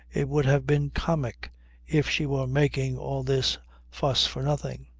it would have been comic if she were making all this fuss for nothing.